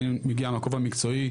אני מגיע מהכובע מקצועי.